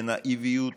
בנאיביות